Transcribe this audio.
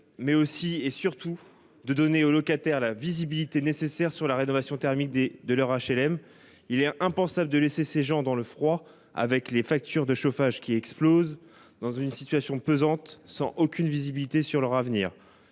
mais aussi et surtout de donner aux locataires la visibilité nécessaire sur la rénovation thermique de leur HLM. Il est impensable de laisser ces gens dans le froid, avec des factures de chauffage qui explosent. Ils se trouvent aujourd’hui dans une situation pesante, sans aucune visibilité sur leur avenir,